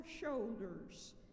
shoulders